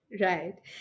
Right